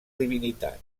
divinitat